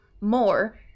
more